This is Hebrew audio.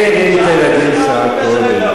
מי מעיר את הילדים שעה קודם?